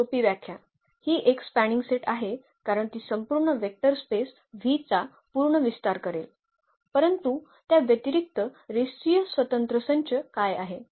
तर सोपी व्याख्या ही एक स्पॅनिंग सेट आहे कारण ती संपूर्ण वेक्टर स्पेस चा पूर्ण विस्तार करेल परंतु त्या व्यतिरिक्त रेषीय स्वतंत्र संच काय आहे